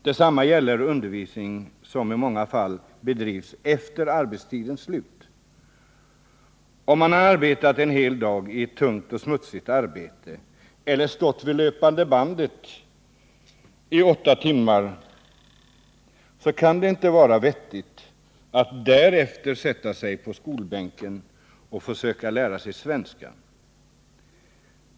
Detsamma gäller undervisning som i många fall bedrivs efter arbetstidens slut. Om man har arbetat en hel dag i ett tungt och smutsigt arbete eller stått vid löpande bandet i åtta timmar kan det inte vara vettigt att därefter sätta sig på skolbänken och försöka lära sig svenska.